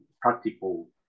practical